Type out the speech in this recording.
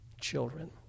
children